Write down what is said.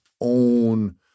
own